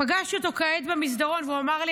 פגשתי אותו כעת במסדרון והוא אמר לי,